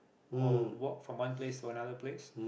for walk from one place to another place